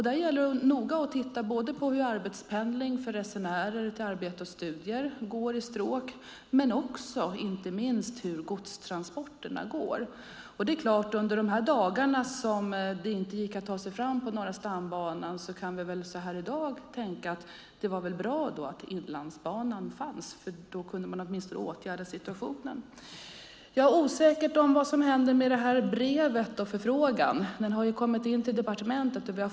Där gäller det att noga titta både på hur arbetspendling för resenärer till arbete och studier går i stråk och, inte minst, på hur godstransporterna går. I dag kan vi tänka att det var bra att Inlandsbanan fanns under de dagar som det inte gick att ta sig fram på Norra stambanan, för då kunde man åtminstone åtgärda situationen. Det är osäkert vad som händer med det brev och den förfrågan som har kommit in till departementet.